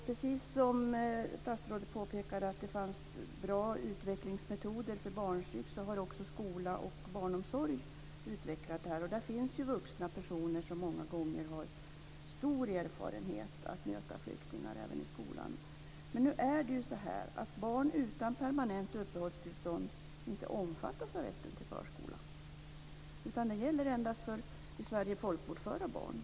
Precis som statsrådet påpekar, nämligen att det finns bra utvecklingsmetoder för barnpsyk, har skola och barnomsorg utvecklat metoder. Där finns vuxna personer som många gånger har stor erfarenhet när det gäller att möta flyktingar även i skolan. Men barn utan permanent uppehållstillstånd omfattas inte av rätten till förskola. Den rätten gäller endast för i Sverige folkbokförda barn.